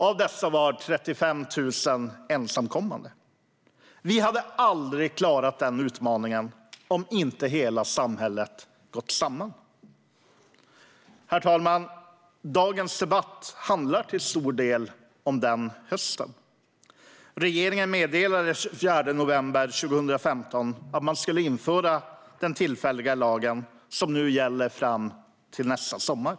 Av dessa var 35 000 ensamkommande. Vi hade aldrig klarat den utmaningen om inte hela samhället hade gått samman. Herr talman! Dagens debatt handlar till stor del om den hösten. Regeringen meddelade den 24 november 2015 att man skulle införa den tillfälliga lagen, som gäller fram till nästa sommar.